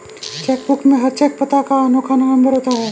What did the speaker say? check book में हर cheque पता का अनोखा नंबर होता है